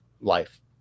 life